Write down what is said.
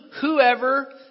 whoever